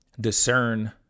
discern